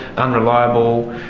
unreliable.